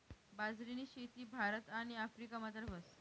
बाजरीनी शेती भारत आणि आफ्रिकामझार व्हस